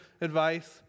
advice